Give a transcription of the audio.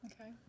Okay